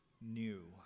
new